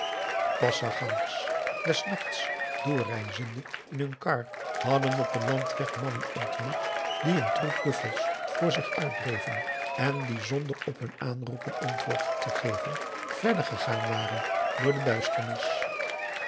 pasargangers des nachts doorreizende in hun kar hadden op den landweg mannen ontmoet die een troep buffels voor zich uitdreven en die zonder op hun aanroepen antaugusta de wit orpheus in de dessa woord te geven verder gegaan waren door de duisternis